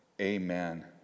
Amen